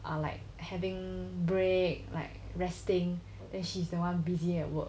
are like having break like resting then she's the one busy at work